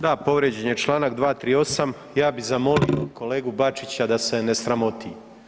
Da povrijeđen je Članak 238. ja bi zamolio kolegu Bačića da se ne sramoti.